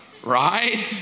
right